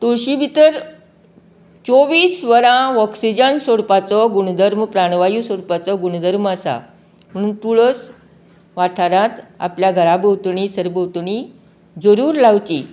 तुळशीं भितर चोव्वीस वरां ऑक्सीजन सोडपाचो गुणधर्म प्राणवायू सोडपाचो गुणधर्म आसा म्हूण तुळस वाठारांत आपल्या घरा भोवतणी सरभोवतणी जरूर लावची